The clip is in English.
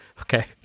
Okay